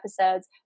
episodes